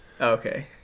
Okay